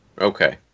okay